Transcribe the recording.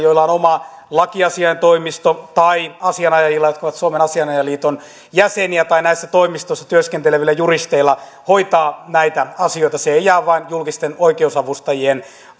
joilla on oma lakiasiaintoimisto tai asianajajilla jotka ovat suomen asianajajaliiton jäseniä tai näissä toimistoissa työskentelevillä juristeilla mahdollisuus hoitaa näitä asioita se ei jää vain julkisten oikeusavustajien